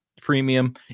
premium